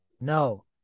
No